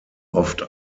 oft